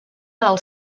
dels